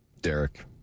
Derek